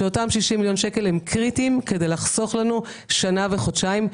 שאותם 60 מיליון שקל הם קריטיים כדי לחסוך לנו שנה וחודשיים,